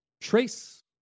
trace